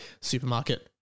supermarket